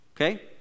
Okay